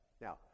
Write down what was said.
Now